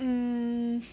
mm